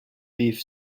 beef